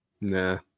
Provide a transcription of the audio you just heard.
Nah